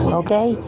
okay